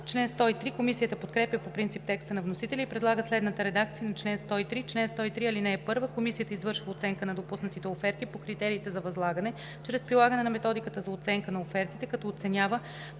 обжалване.“ Комисията подкрепя по принцип текста на вносителя и предлага следната редакция на чл. 103: „Чл. 103. (1) Комисията извършва оценка на допуснатите оферти по критериите за възлагане чрез прилагане на методиката за оценка на офертите, като оценява